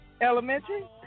elementary